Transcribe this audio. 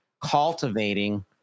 cultivating